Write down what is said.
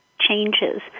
changes